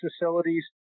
facilities